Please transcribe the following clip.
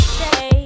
say